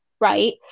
right